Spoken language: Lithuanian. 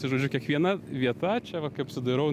tai žodžiu kiekviena vieta čia va kai apsidairau